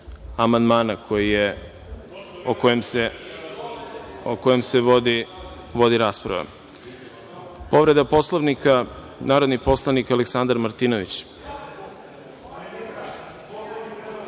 amandmana o kojem se vodi rasprava. Povreda Poslovnika, narodi poslanik Aleksandar Martinović.